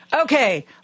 Okay